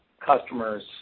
Customers